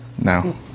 No